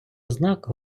ознак